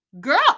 Girl